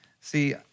See